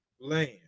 land